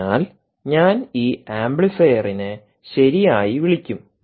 അതിനാൽ ഞാൻ ഈ ആംപ്ലിഫയറിനെ ശരിയായി വിളിക്കും